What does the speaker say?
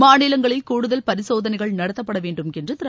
மாநிலங்களில் கூடுதல் பரிசோதனைகள் நடத்தப்படவேண்டும் என்று திரு